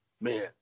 man